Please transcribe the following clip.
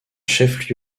chef